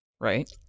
right